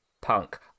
Punk